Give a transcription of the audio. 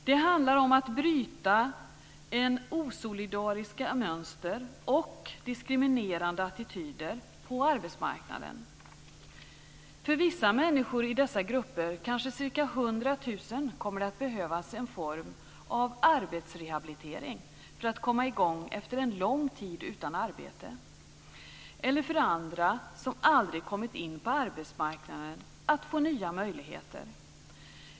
Det handlar om att bryta osolidariska mönster och diskriminerande attityder på arbetsmarknaden. För vissa människor i dessa grupper, kanske 100 000, kommer det att behövas en form av arbetsrehabilitering för att de ska komma i gång efter en lång tid utan arbete. För andra, som aldrig kommit in på arbetsmarknaden, handlar det om att få nya möjligheter.